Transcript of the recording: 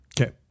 Okay